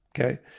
okay